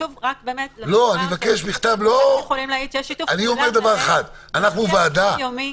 הם יכולים להעיד שיש שיתוף פעולה מלא ויום יומי.